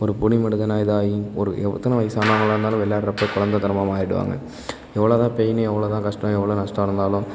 ஒரு புது மனிதனாக இதாக ஆகி ஒரு எத்தனை வயசு ஆனவங்களாக இருந்தாலும் விள்ளாட்றப்ப கொழந்தத்தனமா மாறிடுவாங்க எவ்வளோ தான் பெயினு எவ்வளோ தான் கஷ்டம் எவ்வளோ நஷ்டம் இருந்தாலும்